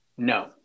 No